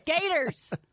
Gators